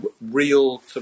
real